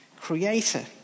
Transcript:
creator